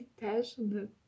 passionate